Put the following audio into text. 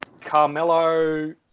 Carmelo